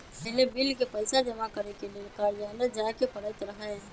पहिले बिल के पइसा जमा करेके लेल कर्जालय जाय के परैत रहए